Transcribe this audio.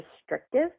restrictive